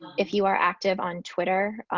if you are active on twitter,